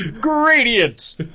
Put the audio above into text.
Gradient